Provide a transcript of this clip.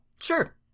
Sure